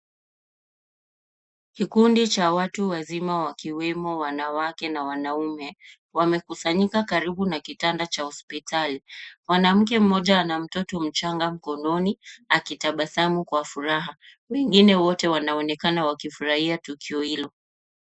Kikundi cha watu wazima wakiwemo wanawake na wanaume wamekusanyika karibu na kitanda cha hospitali. Mwanamke mmoja ana mtoto mchanga mikononi, akitabasamu kwa furaha. Wengine wote wanaonekana wakifurahia tukio hilo.